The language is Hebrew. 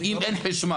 אם אין חשמל.